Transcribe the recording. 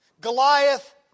Goliath